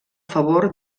favor